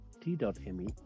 t.me